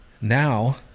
Now